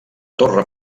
torre